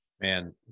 Man